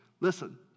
Listen